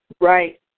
Right